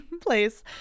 place